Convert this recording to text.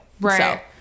Right